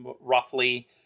roughly